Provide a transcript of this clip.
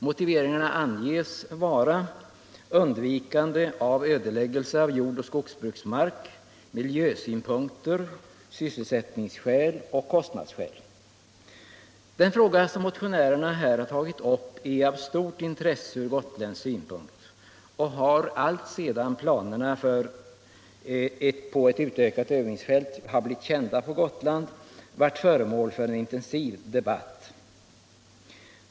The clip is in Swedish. Motiveringarna anges vara undvikande av ödeläggelse av jordoch skogsbruksmark samt miljö-, sysselsättningsoch kostnadssynpunkter. Den fråga som motionärerna har tagit upp är av stort intresse från gotländsk synpunkt och har, sedan planerna på ett utökat övningsfält blivit kända på Gotland, varit föremål för en intensiv debatt.